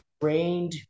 trained